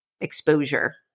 exposure